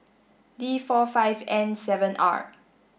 D four five N seven R